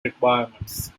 requirements